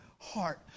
heart